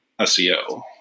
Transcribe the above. SEO